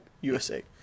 USA